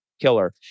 killer